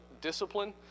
discipline